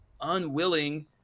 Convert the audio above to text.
unwilling